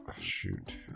shoot